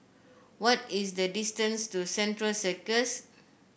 what is the distance to Central Circus